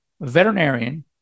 veterinarian